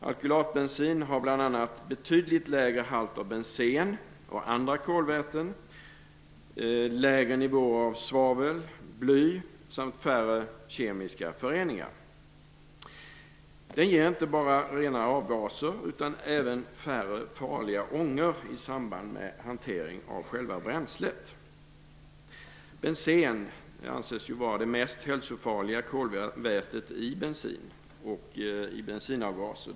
Alkylatbensin har bl.a. betydligt lägre halt av bensen och andra kolväten, lägre nivåer av svavel och bly samt färre kemiska föreningar. Den ger inte bara rena avgaser utan även färre farliga ångor i samband med hantering av själva bränslet. Bensen anses ju vara det mest hälsofarliga kolvätet i bensin och i bensinavgaser.